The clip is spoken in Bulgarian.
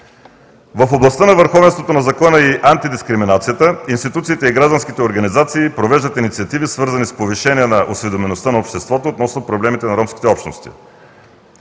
В областта на върховенството на закона и антидискриминацията институциите и гражданските организации провеждат инициативи, свързани с повишение на осведомеността на обществото относно проблемите на ромските общности.